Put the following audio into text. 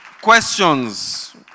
questions